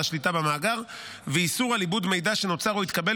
השליטה במאגר ואיסור על עיבוד מידע שנוצר או התקבל